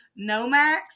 Nomax